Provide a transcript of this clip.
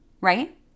right